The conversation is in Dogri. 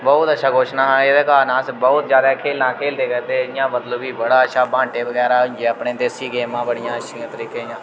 बहुत अच्छा क्वेश्चन हा एहदे कारण अस बहुत जादा खेलां खेला करदे हे इ'यां मतलब की बड़ा अच्छा बांटे बगैरा होइया अपने देसी गेमां बड़ियां अच्छे तरीके दियां